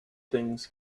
things